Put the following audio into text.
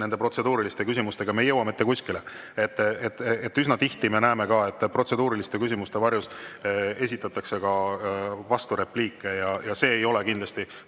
nende protseduuriliste küsimustega, me ei jõua mitte kuskile. Üsna tihti me näeme ka, et protseduuriliste küsimuste varjus esitatakse vasturepliike. See ei ole kindlasti